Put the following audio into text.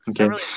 okay